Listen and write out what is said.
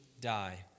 die